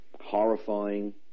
horrifying